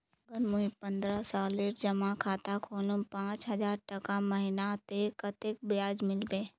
अगर मुई पन्द्रोह सालेर जमा खाता खोलूम पाँच हजारटका महीना ते कतेक ब्याज मिलबे?